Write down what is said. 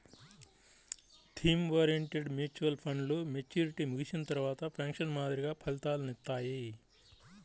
theme oriented mutual ఫండ్లు maturity ముగిసిన తర్వాత పెన్షన్ మాదిరిగా ఫలితాలనిత్తాయి